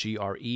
GRE